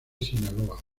sinaloa